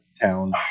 town